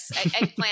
eggplant